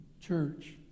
church